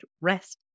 rest